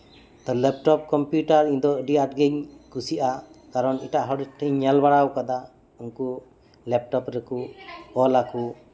laptop computer ᱟᱹᱰᱤ ᱟᱸᱴ ᱜᱤᱧ ᱠᱩᱥᱤᱭᱟᱜᱼᱟ ᱠᱟᱨᱚᱱ ᱮᱴᱟᱜ ᱦᱚᱲ ᱴᱷᱮᱱ ᱤᱧ ᱧᱮᱞ ᱵᱟᱲᱟ ᱟᱠᱟᱫᱼᱟ ᱩᱱᱠᱩ ᱞᱮᱯᱴᱚᱯ ᱨᱮᱠᱚ ᱚᱞ ᱟᱠᱚ